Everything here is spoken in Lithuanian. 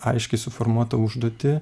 aiškiai suformuotą užduotį